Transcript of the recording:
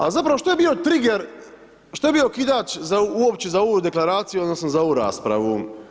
A zapravo, što je bio triger, što je bio okidač uopće za ovu Deklaraciju, odnosno za ovu raspravu?